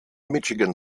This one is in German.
michigan